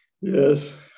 Yes